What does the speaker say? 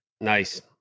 Nice